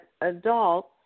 adults